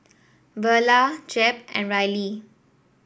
Verla Jep and Rylie